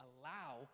allow